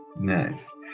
Nice